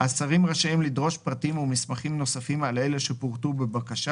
" השרים רשאים לדרוש פרטים ומסמכים נוספים על אלה שפורטו בבקשה